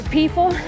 people